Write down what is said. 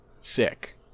Sick